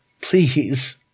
please